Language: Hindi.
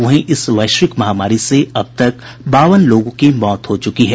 वहीं इस वैश्विक महामारी से अब तक बावन लोगों की मौत हो चुकी है